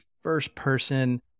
first-person